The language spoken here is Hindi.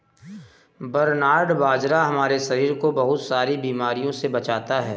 बरनार्ड बाजरा हमारे शरीर को बहुत सारी बीमारियों से बचाता है